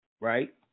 right